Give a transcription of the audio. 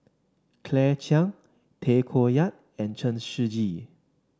Claire Chiang Tay Koh Yat and Chen Shiji